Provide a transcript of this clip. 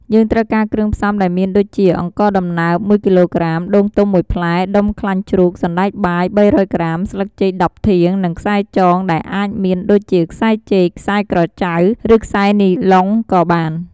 យើងត្រូវការគ្រឿងផ្សំដែលមានដូចជា អង្ករដំណើប១គីឡូក្រាម ដូងទុំមួយផ្លែ ដុំខ្លាញ់ជ្រូក សណ្ដែកបាយ ៣០០ក្រាម ស្លឹកចេក ១០ធាង និងខ្សែចង ដែលអាចមានដូចជាខ្សែចេក ខ្សែក្រចៅ ឬខ្សែនីឡុងក៏បាន។